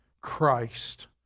Christ